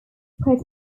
spread